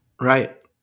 right